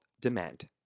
demand